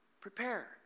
Prepare